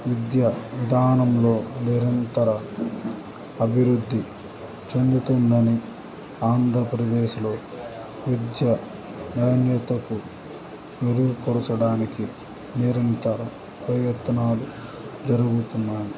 విద్య విధానంలో నిరంతర అభివృద్ధి చెందుతుందని ఆంధ్రప్రదేశ్లో విద్య నాణ్యతకు మెరుగుపరచడానికి నిరంతర ప్రయత్నాలు జరుగుతున్నాయి